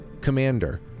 commander